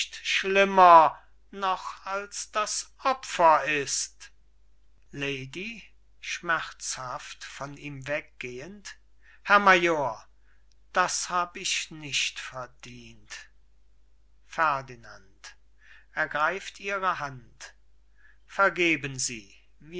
schlimmer noch als das opfer ist lady schmerzhaft von ihm weggehend herr major das hab ich nicht verdient ferdinand ergreift ihre hand vergeben sie